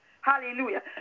Hallelujah